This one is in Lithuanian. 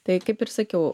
tai kaip ir sakiau